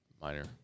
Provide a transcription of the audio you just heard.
minor